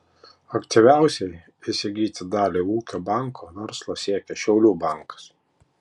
aktyviausiai įsigyti dalį ūkio banko verslo siekia šiaulių bankas